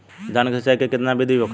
धान की सिंचाई की कितना बिदी होखेला?